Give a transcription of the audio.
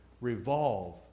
revolve